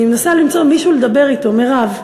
אני מנסה למצוא מישהו לדבר אתו, מרב,